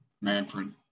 Manfred